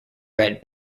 red